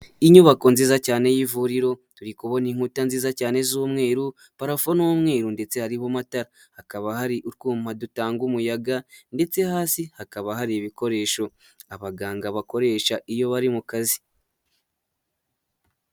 Inyubako nziza cyane y'ivuriro, turi kubona inkuta nziza cyane z'umweru barafo n'umweru ndetse hariho amatara, hakaba hari utwuma dutanga umuyaga ndetse hasi hakaba hari ibikoresho abaganga bakoresha iyo bari mu kazi.